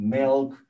milk